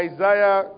Isaiah